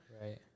Right